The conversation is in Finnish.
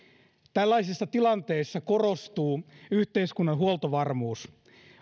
tällaisissa tilanteissa korostuu yhteiskunnan huoltovarmuus